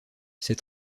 ses